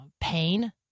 pain